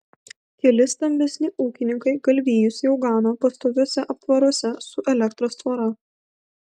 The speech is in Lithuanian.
keli stambesni ūkininkai galvijus jau gano pastoviuose aptvaruose su elektros tvora